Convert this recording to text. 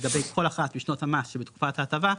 לגבי כל אחת משנות המס שבתקופת ההטבה,